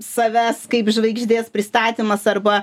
savęs kaip žvaigždės pristatymas arba